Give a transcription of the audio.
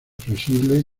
flexibles